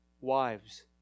Wives